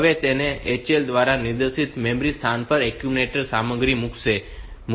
હવે તેને HL દ્વારા નિર્દેશિત મેમરી સ્થાન પર એક્યુમ્યુલેટર સામગ્રી મૂકવી પડશે